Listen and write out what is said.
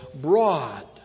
broad